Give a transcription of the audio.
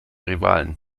rivalen